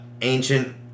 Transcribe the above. ancient